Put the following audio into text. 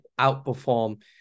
outperform